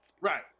right